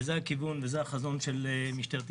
וזה הכיוון וזה החזון של משטרת ישראל.